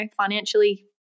financially